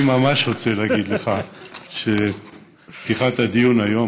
אני ממש רוצה להגיד לך שפתיחת הדיון היום